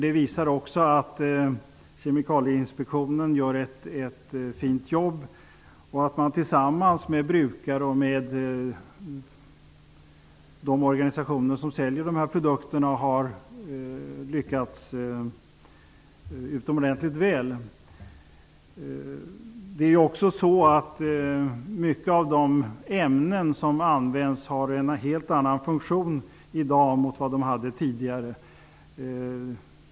Det visar att Kemikalieinspektionen gör ett fint jobb och att man tillsammans med brukare och de organisationer som säljer produkterna har lyckats utomordentligt väl. Många av de ämnen som används har en helt annan funktion i dag än de hade tidigare.